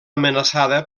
amenaçada